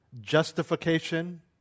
justification